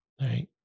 Right